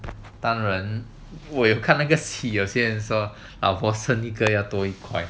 当然我有看那个戏有些人说老婆生老婆生一个要多一块